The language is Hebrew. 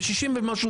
ב-60 ומשהו